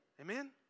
Amen